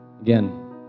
Again